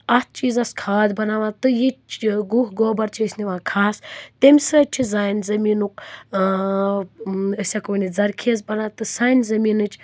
اَتھ چیٖزَس کھاد بناوان تہٕ یِتہِ گُہہ گوبَر چھِ أسۍ نِوان کھہَس تٔمۍ سۭتۍ چھُ سانہِ زٔمیٖنُک أسۍ ہٮ۪کَو ؤنِتھ ذرخیز بنان تہٕ سانہِ زٔمیٖنٕچ